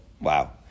Wow